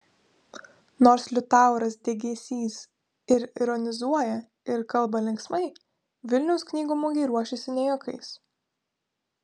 nors liutauras degėsys ir ironizuoja ir kalba linksmai vilniaus knygų mugei ruošiasi ne juokais